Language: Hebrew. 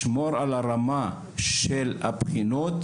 לשמור על הרמה שך הבחינות,